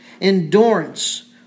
endurance